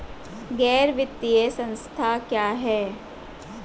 गैर वित्तीय संस्था क्या है?